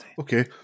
Okay